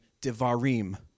Devarim